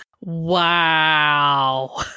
Wow